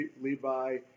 Levi